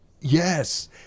yes